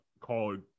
called